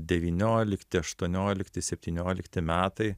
devyniolikti aštuoniolikti septyniolikti metai